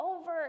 over